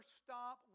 stop